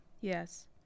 yes